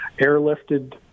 airlifted